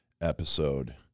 episode